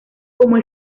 como